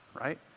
Right